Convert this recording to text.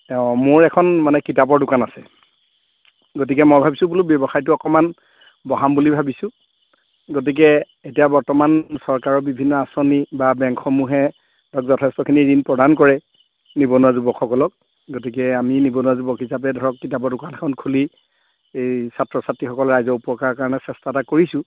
অ' মোৰ এখন মানে কিতাপৰ দোকান আছে গতিকে মই ভাবিছোঁ বোলো ব্যৱসায়টো অকণমান বঢ়াম বুলি ভাবিছোঁ গতিকে এতিয়া বৰ্তমান চৰকাৰৰ বিভিন্ন আঁচনি বা বেংকসমূহে ধৰক যথেষ্টখিনি ঋণ প্ৰদান কৰে নিবনুৱা যুৱকসকলক গতিকে আমি নিবনুৱা যুৱক হিচাপে ধৰক কিতাপৰ দোকান এখন খুলি এই ছাত্ৰ ছাত্ৰীসকলে ৰাইজৰ উপকাৰৰ কাৰণে চেষ্টা এটা কৰিছোঁ